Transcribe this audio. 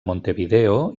montevideo